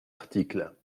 article